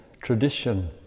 tradition